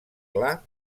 clar